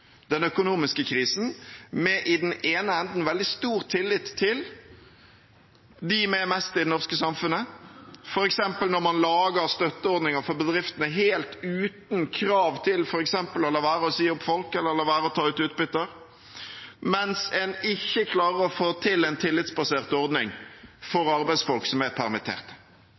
den økonomiske krisen med veldig stor tillit til – i den ene enden – de med mest i det norske samfunnet, f.eks. når man lager støtteordninger for bedrifter helt uten krav om f.eks. å la være å si opp folk eller å la være å ta ut utbytte, mens en ikke klarer å få til en tillitsbasert ordning for arbeidsfolk som er permittert.